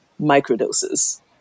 microdoses